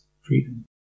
freedom